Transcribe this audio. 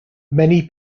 many